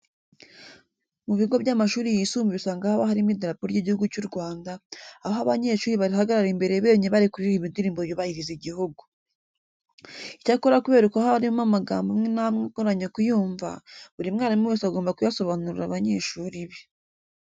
Mu bigo by'amashuri yisumbuye usanga haba harimo idarapo ry'Igihugu cy'u Rwanda, aho abanyeshuri barihagarara imbere bemye bari kuririmba indirimbo yubahiriza igihugu. Icyakora kubera ko haba harimo amagambo amwe n'amwe agoranye kuyumva, buri mwarimu wese agomba kuyasobanurira abanyeshuri be.